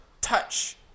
touch